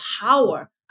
power